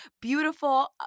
Beautiful